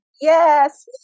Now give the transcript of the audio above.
Yes